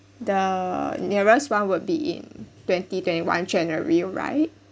the nearest one would be in twenty twenty one january right